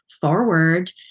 forward